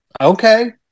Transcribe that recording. Okay